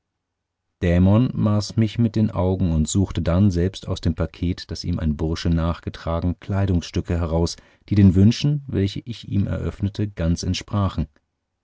dämon maß mich mit den augen und suchte dann selbst aus dem paket das ihm ein bursche nachgetragen kleidungsstücke heraus die den wünschen welche ich ihm eröffnet ganz entsprachen